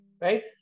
right